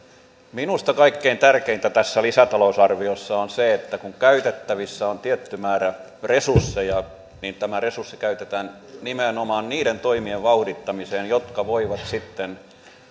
minusta kaikkein tärkeintä tässä lisätalousarviossa on se että kun käytettävissä on tietty määrä resursseja niin tämä resurssi käytetään nimenomaan niiden toimien vauhdittamiseen jotka voivat sitten